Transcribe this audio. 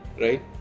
right